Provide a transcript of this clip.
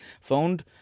found